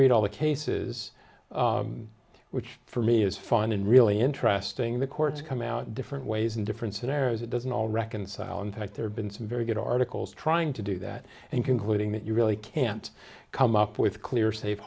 read all the cases which for me is fun and really interesting the courts come out different ways and different scenarios it doesn't all reconcile in fact there have been some very good articles trying to do that and concluding that you really can't come up with clear sa